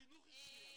מערכת החינוך החזירה.